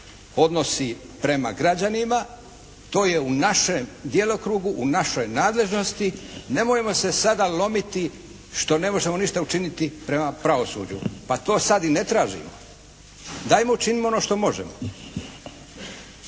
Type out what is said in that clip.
odnosi prema građanima to je u našem djelokrugu, u našoj nadležnosti. Nemojmo se sada lomiti što ne možemo ništa učiniti prema pravosuđu, pa to sad i ne tražimo. Dajmo, učinimo ono što možemo.